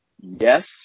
Yes